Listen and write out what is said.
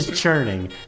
churning